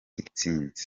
intsinzi